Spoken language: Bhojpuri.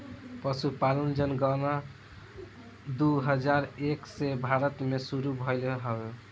पसुपालन जनगणना दू हजार एक से भारत मे सुरु भइल बावे